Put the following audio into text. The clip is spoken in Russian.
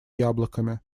яблоками